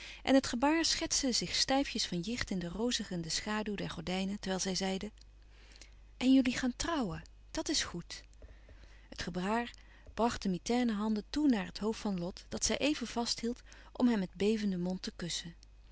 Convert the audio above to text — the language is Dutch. en het gebaar schetste zich stijfjes van jicht in de rozigende schaduw der gordijnen terwijl zij zeide en jullie gaan trouwen dat is goed het gebaar bracht de mitaine handen toe naar het hoofd van lot dat zij even vasthield om hem met bevenden mond te kussen